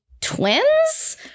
twins